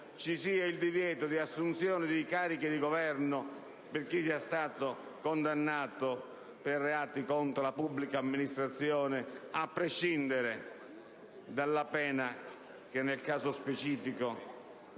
ci sia il divieto di assunzione di cariche di Governo per chi sia stato condannato per reati contro la pubblica amministrazione, a prescindere dalla pena che nel caso specifico